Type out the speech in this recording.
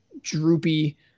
droopy